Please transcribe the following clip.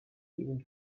giving